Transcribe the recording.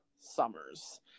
summers